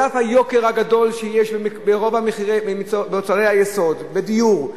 על אף היוקר הגדול של רוב מוצרי היסוד, של הדיור.